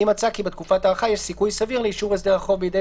"אם מצא כי בתקופת ההארכה יש סיכוי סביר לאישור הסדר החוב בידי